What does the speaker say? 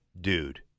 dude